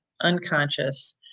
unconscious